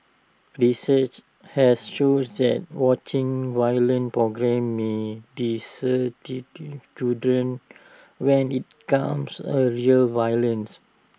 research has shown that watching violent programmes may children when IT comes A real violence